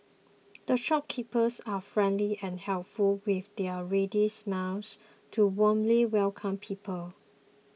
the shopkeepers are friendly and helpful with their ready smiles to warmly welcome people